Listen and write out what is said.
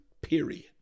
period